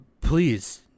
please